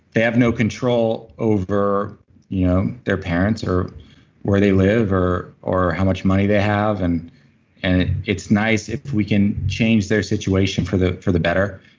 they have no control control over you know their parents or where they live or, or how much money they have. and and it's nice if we can change their situation for the for the better.